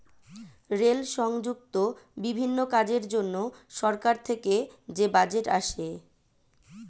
rail সংযুক্ত বিভিন্ন কাজের জন্য সরকার থেকে যে বাজেট আসে